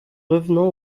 revenant